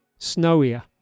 snowier